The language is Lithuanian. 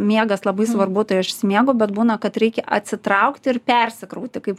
miegas labai svarbu tai aš išsimiegu bet būna kad reikia atsitraukti ir persikrauti kaip